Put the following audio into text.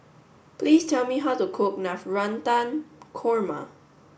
please tell me how to cook Navratan Korma